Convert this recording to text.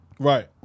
Right